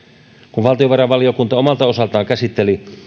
kun valtiovarainvaliokunta omalta osaltaan käsitteli